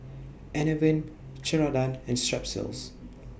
Enervon Ceradan and Strepsils